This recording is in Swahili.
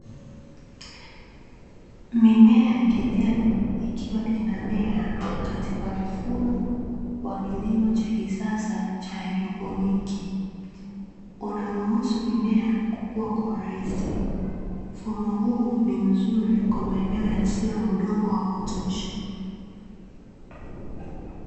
Mimea ya kijani ikiwa inamea katika mifumo wa kilimo cha kisasa cha haidroponi, unaruhusu mimea kukua kwa urahisi. Mfumo huu ni mzuri kwa maeneo yasiyo na udongo wa kutosha.